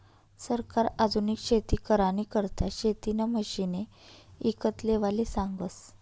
सरकार आधुनिक शेती करानी करता शेतीना मशिने ईकत लेवाले सांगस